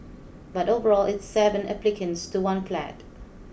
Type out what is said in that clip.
but overall it's seven applicants to one flat